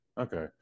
Okay